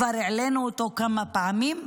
כבר העלינו אותו כמה פעמים,